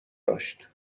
داشت